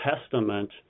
Testament